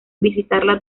visitarla